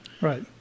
Right